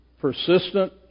persistent